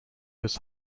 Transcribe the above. was